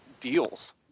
deals